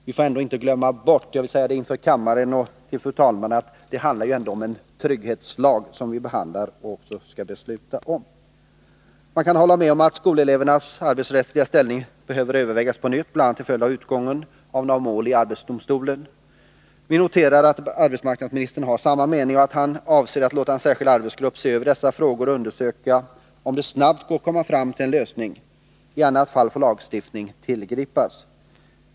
Vi får dock inte glömma bort — jag vill säga det inför kammaren — att det ändå är en trygghetslag som vi behandlar och skall besluta om. Man kan hålla med om att skolelevernas arbetsrättsliga ställning behöver övervägas på nytt, bl.a. till följd av utgången av några mål i arbetsdomstolen. Vi noterar att arbetsmarknadsministern har samma mening och att han avser att låta en särskild arbetsgrupp se över dessa frågor och undersöka om det snabbt går att komma fram till en lösning. I annat fall får lagstiftning tillgripas.